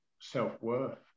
self-worth